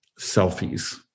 Selfies